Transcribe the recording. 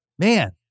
Man